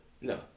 No